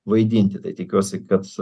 vaidinti tai tikiuosi kad